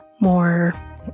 more